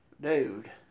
dude